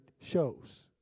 shows